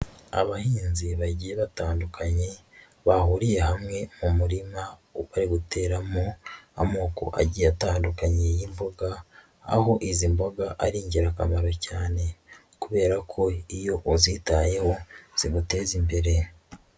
Abahinzi bagiye batandukanye bahuriye hamwe mu murima bari guteramo amoko agiye atandukanye y'imboga, aho izi mboga ari ingirakamaro cyane kubera ko iyo uzitayeho ziguteza imbere.